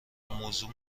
موضوع